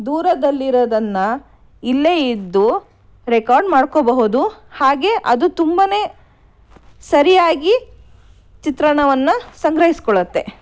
ದೂರದಲ್ಲಿರೋದನ್ನು ಇಲ್ಲೇ ಇದ್ದು ರೆಕಾರ್ಡ್ ಮಾಡ್ಕೋಬಹುದು ಹಾಗೆ ಅದು ತುಂಬಾನೇ ಸರಿಯಾಗಿ ಚಿತ್ರಣವನ್ನು ಸಂಗ್ರಹಿಸ್ಕೊಳ್ಳತ್ತೆ